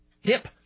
hip